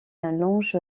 longe